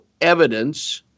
evidence